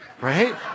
right